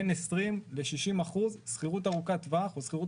בין 20 ל 60% שכירות ארוכת טווח או שכירות